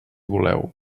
voleu